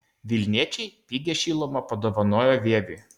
vilniečiai pigią šilumą padovanojo vieviui